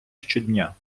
щодня